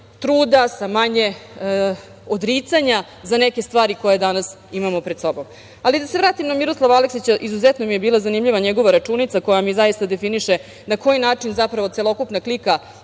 sa manje odricanja za neke stvari koje danas imamo pred sobom. Ali, da se vratim na Miroslava Aleksića. Izuzetno mi je bila zanimljiva njegova računica koja mi zaista definiše na koji način zapravo celokupna klika